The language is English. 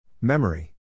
Memory